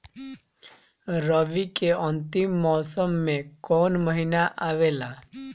रवी के अंतिम मौसम में कौन महीना आवेला?